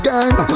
Gang